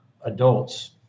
adults